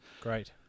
great